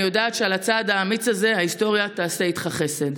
אני יודעת שעל הצעד האמיץ הזה ההיסטוריה תעשה איתך חסד.